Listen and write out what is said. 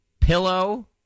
pillow